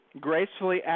gracefully